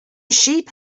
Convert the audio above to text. sheep